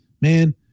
Man